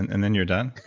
and then you're done?